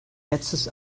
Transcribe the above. letztes